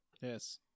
Yes